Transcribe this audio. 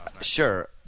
Sure